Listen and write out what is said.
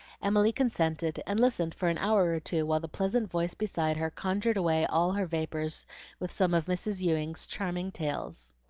emily consented, and listened for an hour or two while the pleasant voice beside her conjured away all her vapors with some of mrs. ewing's charming tales.